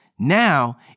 Now